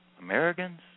Americans